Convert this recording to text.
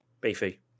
Beefy